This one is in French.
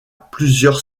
plusieurs